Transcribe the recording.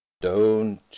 Don't